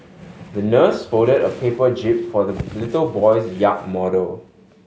the nurse folded a paper jib for the little boy's yacht model